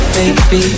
Baby